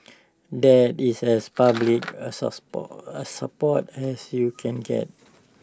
that is as public A A support as you can get